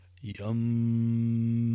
Yum